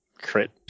crit